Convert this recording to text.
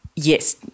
Yes